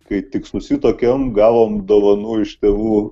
kai tik susituokėm gavom dovanų iš tėvų